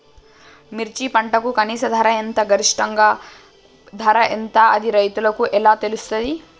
మిర్చి పంటకు కనీస ధర ఎంత గరిష్టంగా ధర ఎంత అది రైతులకు ఎలా తెలుస్తది?